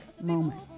moment